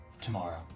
tomorrow